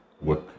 work